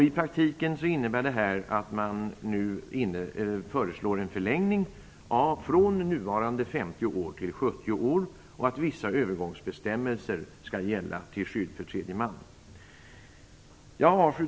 I praktiken innebär det här att man nu föreslår en förlängning från nuvarande 50 år till 70 år och att vissa övergångsbestämmelser skall gälla till skydd för tredje man. Fru talman!